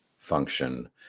function